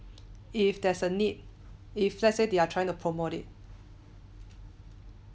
if there's a need if let's say they are trying to promote it